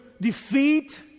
defeat